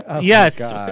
Yes